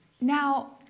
Now